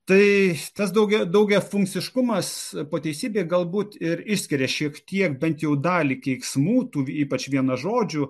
tai tas daugia daugiafunkciškumas po teisybei galbūt ir išskiria šiek tiek bent jau dalį keiksmų tų ypač vienažodžių